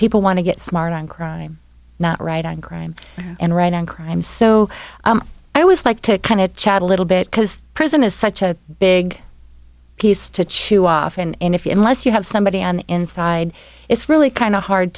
people want to get smart on crime not right on crime and right on crime so i was like to kind of chad a little bit because prison is such a big piece to chew off and if you unless you have somebody on the inside it's really kind of hard